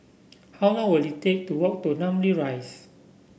how long will it take to walk to Namly Rise